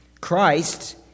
Christ